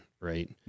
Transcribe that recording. right